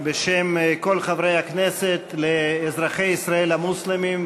בשם כל חברי הכנסת לאזרחי ישראל המוסלמים,